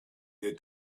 their